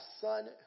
son